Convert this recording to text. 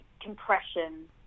compression